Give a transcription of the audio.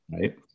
Right